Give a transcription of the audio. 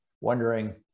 wondering